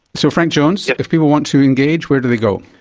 so frank jones, if people want to engage, where do they go?